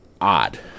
Odd